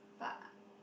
but